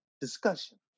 discussion